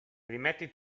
rimetti